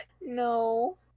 No